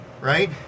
right